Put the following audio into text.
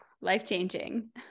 life-changing